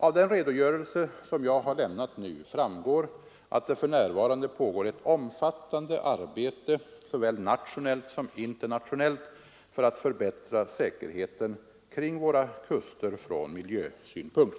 Av den redogörelse som jag har lämnat nu framgår att det för närvarande pågår ett omfattande arbete såväl nationellt som internationellt för att förbättra säkerheten kring våra kuster från miljösynpunkt.